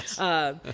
yes